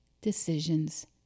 decisions